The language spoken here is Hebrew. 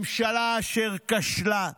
ממשלה אשר כשלה,